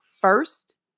first